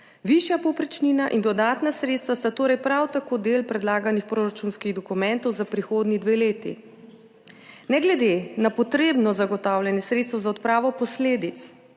Višja povprečnina in dodatna sredstva sta torej prav tako del predlaganih proračunskih dokumentov za prihodnji dve leti. Ne glede na potrebno zagotavljanje sredstev za odpravo posledic